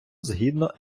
згідно